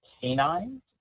canines